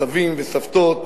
סבים וסבתות,